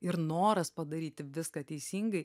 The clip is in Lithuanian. ir noras padaryti viską teisingai